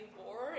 war